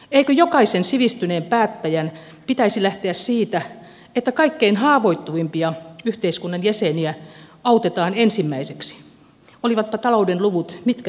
eikö jokaisen sivistyneen päättäjän pitäisi lähteä siitä että kaikkein haavoittuvimpia yhteiskunnan jäseniä autetaan ensimmäiseksi olivatpa talouden luvut mitkä tahansa